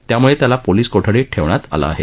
त्यामुळे त्याला पोलिस कोठडीत ठेवण्यात आलं आहे